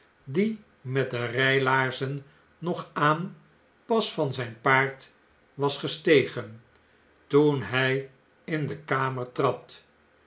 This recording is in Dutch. die met de rijlaarzen nog aan pas van zijn paard was srestegen toen hy in de kamer trad